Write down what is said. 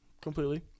completely